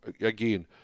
again